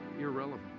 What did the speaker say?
irrelevant